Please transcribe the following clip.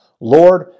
Lord